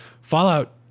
Fallout